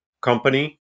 company